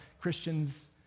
Christians